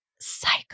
psycho